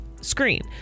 screen